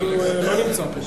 הוא לא נמצא פה.